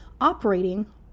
operating